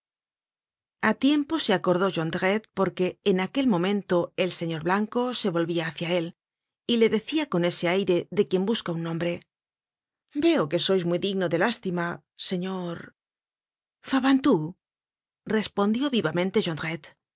a tiempo se acordó jondrette porque en aquel momento el señor blanco se volvia hácia él y le decia con ese aire de quien busca un nombre veo que sois muy digno de lástima señor fabantou respondió vivamente